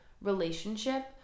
relationship